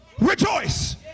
rejoice